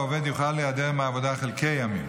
העובד יוכל להיעדר מהעבודה חלקי ימים.